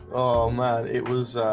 oh man it was